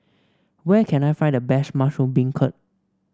where can I find the best Mushroom Beancurd